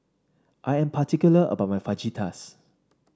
I am particular about my Fajitas